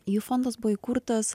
jų fondas buvo įkurtas